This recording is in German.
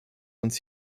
uns